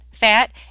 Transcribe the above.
fat